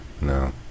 No